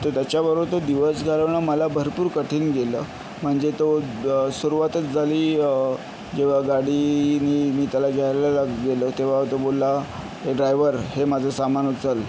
तर त्याच्याबरोबर तो दिवस घालवणं मला भरपूर कठीण गेलं म्हणजे तो सुरुवातच झाली जेव्हा गाडीनी मी त्याला घ्यायला गेलो तेव्हा तो बोलला ए ड्रायवर हे माझं सामान उचल